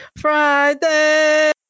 Friday